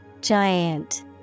Giant